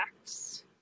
Acts